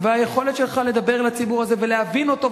והיכולת שלך לדבר אל הציבור הזה ולהבין אותו,